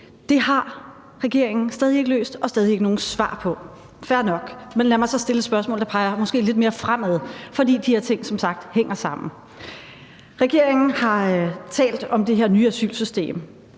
Det har regeringen stadig ikke løst og stadig ikke nogen svar på – fair nok, men lad mig så stille et spørgsmål, der måske peger lidt mere fremad, for de her ting hænger som sagt sammen. Regeringen har talt om det her nye asylsystem,